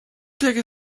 take